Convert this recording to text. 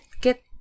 get